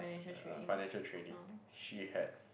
uh financial trading she had